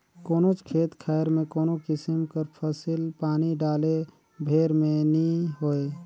कोनोच खेत खाएर में कोनो किसिम कर फसिल पानी डाले भेर में नी होए